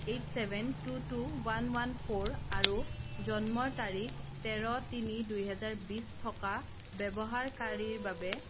eight seven two two one one four আৰু জন্মৰ তাৰিখ তেৰ তিনি দুই হেজাৰ বিছ থকা ব্যৱহাৰকাৰীৰ বাবে